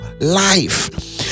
life